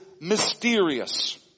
mysterious